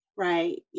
Right